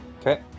Okay